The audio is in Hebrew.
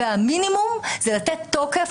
והמינימום זה לתת תוקף,